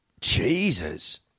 Jesus